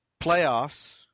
playoffs